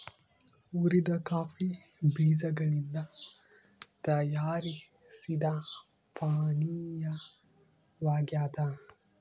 ಹುರಿದ ಕಾಫಿ ಬೀಜಗಳಿಂದ ತಯಾರಿಸಿದ ಪಾನೀಯವಾಗ್ಯದ